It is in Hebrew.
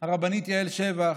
הרבנית יעל שבח: